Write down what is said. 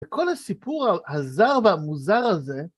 וכל הסיפור הזר והמוזר הזה